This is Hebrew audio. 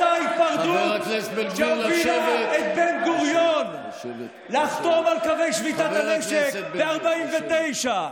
אותה היפרדות שהובילה את בן-גוריון לקבל את תוכנית החלוקה ב-1947,